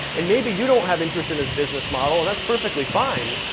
and maybe you don't have interest in this business model, and that's perfectly fine,